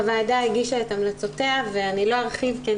הוועדה הגישה את המלצותיה ואני לא ארחיב כי אני